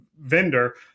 vendor